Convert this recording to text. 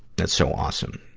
that's so awesome.